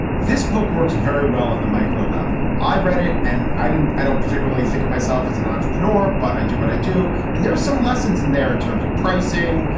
this book works very well on the micro level. i read it and i didn't i don't particularly think of myself as an entrepreneur, but i do what i do. and there are some lessons in there in terms of pricing,